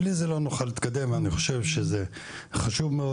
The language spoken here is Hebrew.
בלי זה לא נוכל להתקדם ואני חושב שזה חשוב מאוד.